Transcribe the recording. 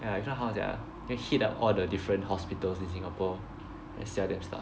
ya if not how sia then hit up all the different hospitals in Singapore and sell them stuff